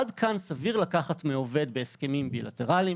עד כאן סביר לקחת מעובד בהסכמים בילטרליים.